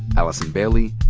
allison bailey,